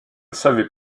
savais